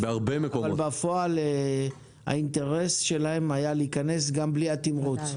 אבל בפועל האינטרס שלהן היה להיכנס גם בלי התמרוץ.